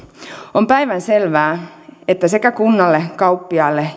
on päivänselvää että sekä kunnalle kauppiaalle